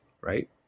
Right